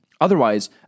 Otherwise